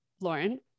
Lauren